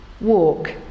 Walk